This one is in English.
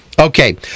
Okay